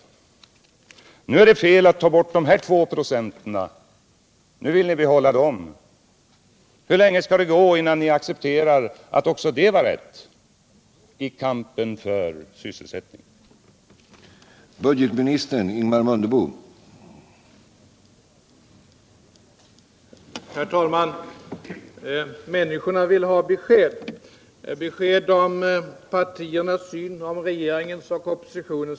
Men nu är det i stället fel att ta bort de 2 96 som vi nu föreslår. Hur lång tid skall det ta innan ni medger att också den åtgärden i kampen för sysselsättningen var riktig?